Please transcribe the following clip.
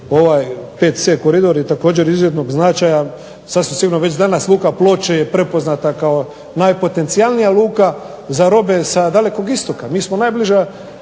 ovaj VC koridor je također od izuzetnog značaja. Sasvim sigurno već danas Luka Ploče je prepoznata kao najpotencijalnija luka za robe sa Dalekog Istoka. Mi smo najbliža